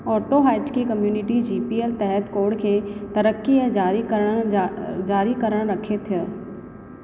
AutoHotkey community G P L तहत code खे तरक़ीअ ऐं जारी करण जा जारी करण रखे थो